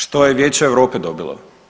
Što je Vijeće Europe dobilo?